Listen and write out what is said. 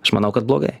aš manau kad blogai